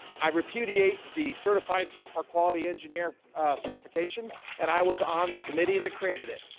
i repudiate the certified software quality engineer certification and i was on the committee that created it.